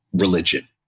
religion